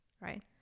right